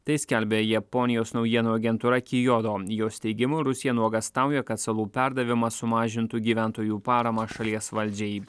tai skelbia japonijos naujienų agentūra kijodo jos teigimu rusija nuogąstauja kad salų perdavimas sumažintų gyventojų paramą šalies valdžiai